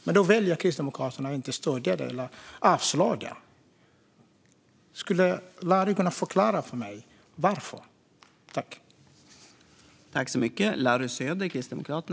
Men då väljer Kristdemokraterna att inte stödja det eller att avslå det. Skulle Larry kunna förklara för mig varför?